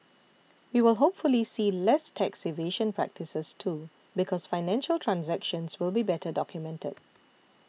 we will hopefully see less tax evasion practices too because financial transactions will be better documented